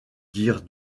dire